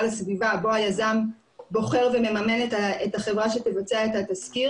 על הסביבה בו היזם בוחר ומממן את החברה שתבצע את התסקיר,